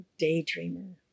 daydreamer